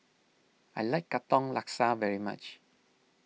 I like Katong Laksa very much